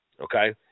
Okay